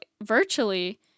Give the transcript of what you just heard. virtually